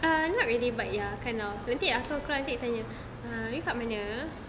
uh not really but ya kind of nanti aku keluar nanti dia tanya uh you kat mana